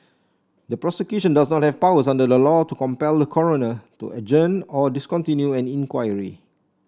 the Prosecution does not have powers under the law to compel the Coroner to adjourn or discontinue an inquiry